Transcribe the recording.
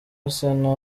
arsenal